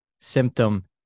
symptom